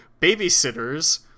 babysitters